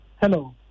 Hello